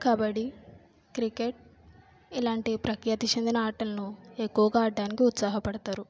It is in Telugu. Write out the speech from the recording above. కబడ్డీ క్రికెట్ ఇలాంటి ప్రఖ్యాతి చెందిన ఆటలను ఎక్కువగా ఆడడానికి ఉత్సాహపడతారు